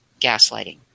gaslighting